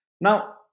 Now